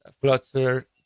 Flutter